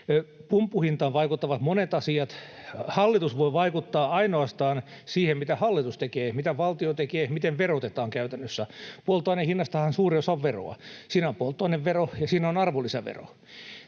Pumppuhintaan vaikuttavat monet asiat. Hallitus voi vaikuttaa ainoastaan siihen, mitä hallitus tekee, mitä valtio tekee, miten verotetaan käytännössä. Polttoaineen hinnastahan suuri osa on veroa. Siinä on polttoainevero, ja siinä on arvonlisävero.